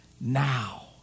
now